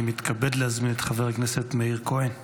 אני מתכבד להזמין את חבר הכנסת מאיר כהן,